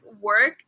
work